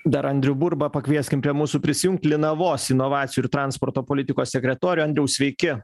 dar andrių burbą pakvieskim prie mūsų prisijungti linavos inovacijų ir transporto politikos sekretorių andriau sveiki